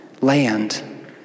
land